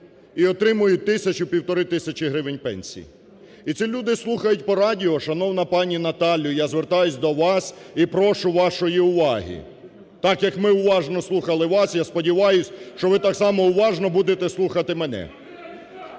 і отримують тисячу-півтори тисячі гривень пенсії. І ці люди слухають по радіо… Шановна пані Наталю, я звертаюсь до вас і прошу вашої уваги. Так як ми уважно слухали вас, я сподіваюсь, що ви так само уважно будете слухати мене.